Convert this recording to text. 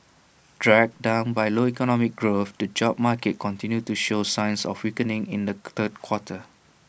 dragged down by low economic growth the job market continued to show signs of weakening in the third quarter